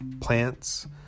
plants